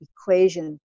equation